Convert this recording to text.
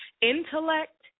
Intellect